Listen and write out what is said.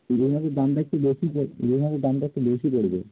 ইলিশ মাছের দামটা একটু বেশি ইলিশ মাছের দামটা একটু বেশি পড়বে